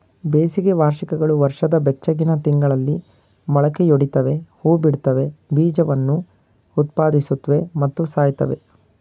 ಬೇಸಿಗೆ ವಾರ್ಷಿಕಗಳು ವರ್ಷದ ಬೆಚ್ಚಗಿನ ತಿಂಗಳಲ್ಲಿ ಮೊಳಕೆಯೊಡಿತವೆ ಹೂಬಿಡ್ತವೆ ಬೀಜವನ್ನು ಉತ್ಪಾದಿಸುತ್ವೆ ಮತ್ತು ಸಾಯ್ತವೆ